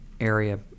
area